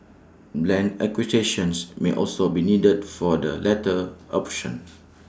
land acquisitions may also be needed for the latter option